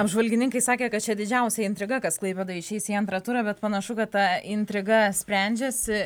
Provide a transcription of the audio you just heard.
apžvalgininkai sakė kad čia didžiausia intriga kas klaipėdoj išeis į antrą turą bet panašu kad ta intriga sprendžiasi